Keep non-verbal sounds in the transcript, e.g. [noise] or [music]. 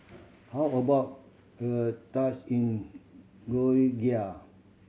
how about a [unintelligible] in Georgia